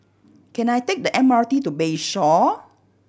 can I take the M R T to Bayshore